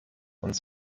uns